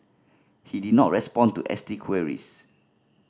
he did not respond to S T queries